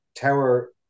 tower